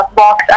box